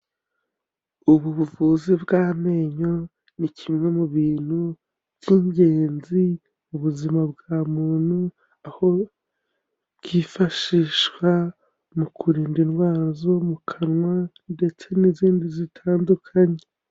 Ubu buvuzi bw'amenyo ni kimwe mu bintu by'ingenzi mu buzima bwa muntu, aho bwifashishwa mu kurinda indwara zo mu kanwa ndetse n'izindi zitandukanye.